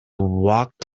walked